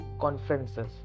conferences